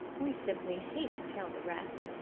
we simply hate to tell the rest.